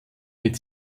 mit